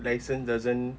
license doesn't